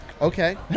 okay